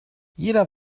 jeder